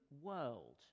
world